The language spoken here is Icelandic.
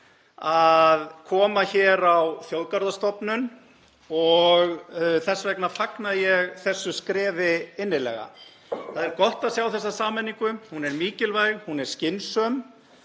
að koma hér á þjóðgarðastofnun og þess vegna fagna ég þessu skrefi innilega. Það er gott að sjá þessa sameiningu. Hún er mikilvæg, hún er skynsamleg.